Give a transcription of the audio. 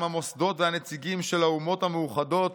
המוסדות והנציגים של האומות המאוחדות